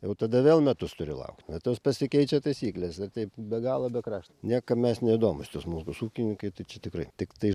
jau tada vėl metus turi laukt tos pasikeičia taisyklės ir taip be galo be krašto niekam mes neįdomūs tie smulkūs ūkininkai tai čia tikrai tiktai